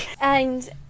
And-